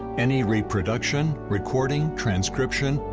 any reproduction, recording, transcription,